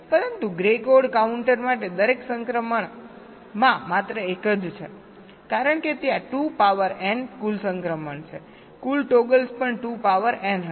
પરંતુ gray code counter માટે દરેક સંક્રમણમાં માત્ર એક જ છે કારણ કે ત્યાં 2 પાવર n કુલ સંક્રમણ છે કુલ ટોગલ્સ પણ 2 પાવર n હશે